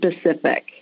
specific